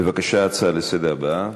ובכן, ההצעה לסדר-היום